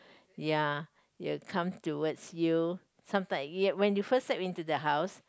ya it will come towards you sometimes when you first step into the house